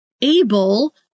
able